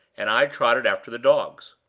and i trotted after the dogs.